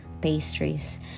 pastries